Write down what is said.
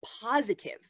positive